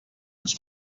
ens